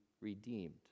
redeemed